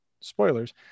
spoilers